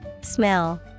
Smell